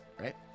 right